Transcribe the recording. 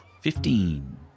Fifteen